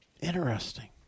Interesting